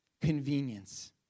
convenience